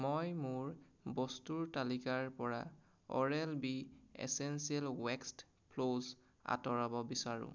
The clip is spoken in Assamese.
মই মোৰ বস্তুৰ তালিকাৰ পৰা oral B essential waxed floss আঁতৰাব বিচাৰো